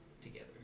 together